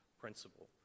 principle